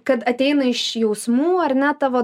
kad ateina iš jausmų ar ne tavo